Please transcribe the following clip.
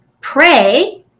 pray